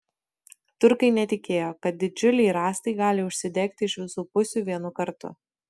turkai netikėjo kad didžiuliai rąstai gali užsidegti iš visų pusių vienu kartu